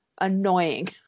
annoying